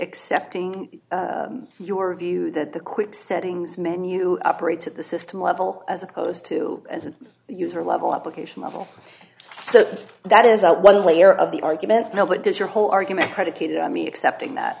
accepting your view that the quick settings menu operates at the system level as opposed to an user level application level so that is one layer of the argument no but does your whole argument predicated on me accepting that